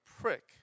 prick